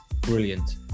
brilliant